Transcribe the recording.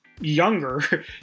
younger